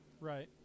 right